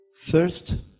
first